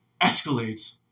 escalates